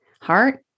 heart